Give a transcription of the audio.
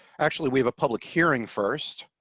actually, we have a public hearing first